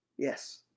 Yes